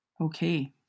Okay